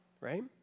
right